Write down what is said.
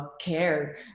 care